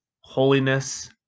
holiness